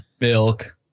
Milk